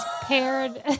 paired